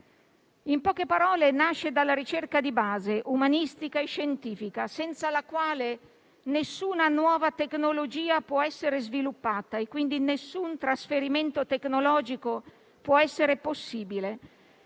In poche parole nasce dalla ricerca di base, umanistica e scientifica, senza la quale nessuna nuova tecnologia può essere sviluppata e quindi nessun trasferimento tecnologico può essere possibile.